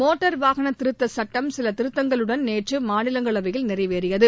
motor வாகன திருத்த சுட்டம் சில திருத்தங்களுடன் நேற்று மாநிலங்களவையில் நிறைவேறியது